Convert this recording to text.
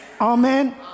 Amen